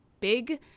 big